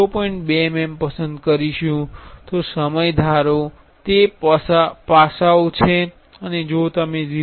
2 mm પસંદ કરીશું તો સમય ધારો તે પાસાઓ છે અને જો તમે 0